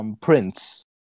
Prince